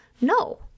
No